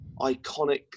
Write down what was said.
iconic